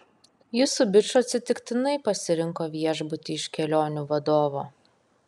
jis su biču atsitiktinai pasirinko viešbutį iš kelionių vadovo